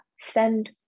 send